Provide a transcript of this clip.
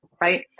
Right